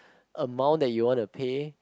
amount that you want to pay